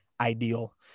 ideal